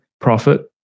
profit